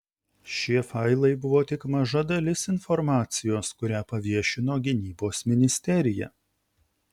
šie failai buvo tik maža dalis informacijos kurią paviešino gynybos ministerija